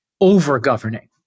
over-governing